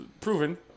proven